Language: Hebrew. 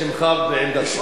בשמך ובעמדתך.